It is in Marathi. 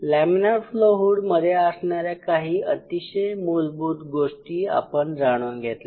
लॅमिनार फ्लो हुडमध्ये असणाऱ्या काही अतिशय मूलभूत गोष्टी आपण जाणून घेतल्या